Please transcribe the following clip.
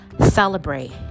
celebrate